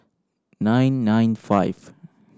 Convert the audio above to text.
nine nine five